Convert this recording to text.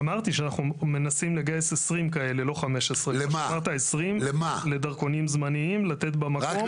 אמרתי שאנחנו מנסים לגייס 20 כאלה לדרכונים זמניים לתת במקום,